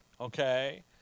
okay